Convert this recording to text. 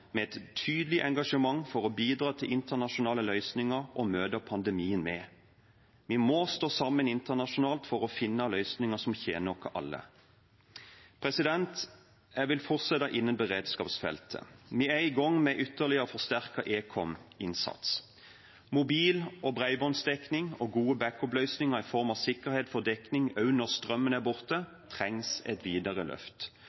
med et tydelig engasjement for å bidra til internasjonale løsninger å møte pandemien med. Vi må stå sammen internasjonalt for å finne løsninger som tjener oss alle. Jeg vil fortsette innen beredskapsfeltet. Vi er i gang med ytterligere forsterket ekom-innsats. Mobil- og bredbåndsdekning og gode backup-løsninger i form av sikkerhet for dekning også når strømmen er borte, trenger et videre løft.